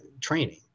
training